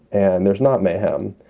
and there's not mayhem.